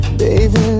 baby